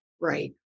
Right